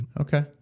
Okay